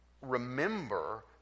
remember